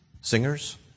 Singers